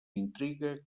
intriga